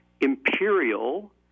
Imperial